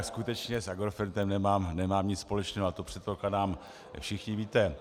Skutečně s Agrofertem nemám nic společného a to, předpokládám, všichni víte.